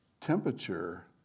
Temperature